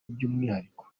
by’umwihariko